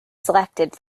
selected